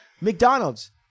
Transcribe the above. McDonald's